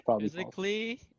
Physically